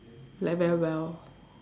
like very well